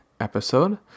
episode